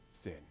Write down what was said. sin